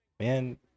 Man